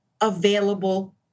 available